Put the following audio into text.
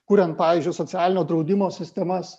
kuriant pavyzdžiui socialinio draudimo sistemas